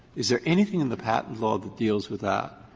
is there anything in the patent law that deals with that?